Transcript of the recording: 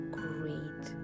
great